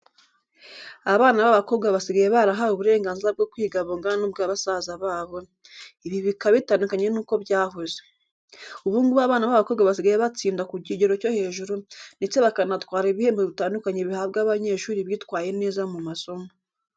Abana b'abakobwa basigaye barahawe uburenganzira bwo kwiga bungana n'ubwa basaza babo, ibi bikaba bitandukanye nuko byahoze. Ubu ngubu abana b'abakobwa basigaye batsinda ku kigero cyo hejuru, ndetse bakanatwara ibihembo bitandukanye bihabwa abanyeshuri bitwaye neza mu masomo.